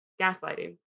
gaslighting